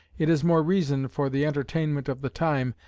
it is more reason, for the entertainment of the time,